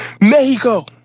Mexico